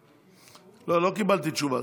לא, לא קיבלתי תשובה.